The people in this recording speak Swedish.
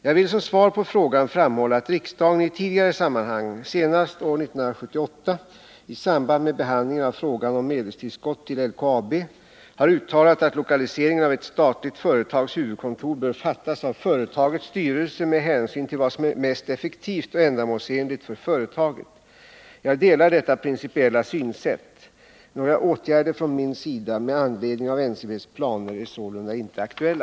Jag vill som svar på frågan framhålla att riksdagen i tidigare sammanhang, senast år 1978 i samband med behandlingen av frågan om medelstillskott till LKAB, har 109 uttalat att beslut i fråga om lokaliseringen av ett statligt företags huvudkontor bör fattas av företagets styrelse med hänsyn till vad som är mest effektivt och ändamålsenligt för företaget. Jag delar detta principiella synsätt. Några åtgärder från min sida med anledning av NCB:s planer är sålunda inte aktuella.